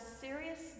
serious